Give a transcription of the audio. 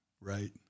Right